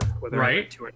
Right